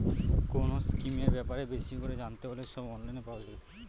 কোনো স্কিমের ব্যাপারে বেশি করে জানতে হলে সব অনলাইনে পাওয়া যাবে